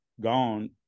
gone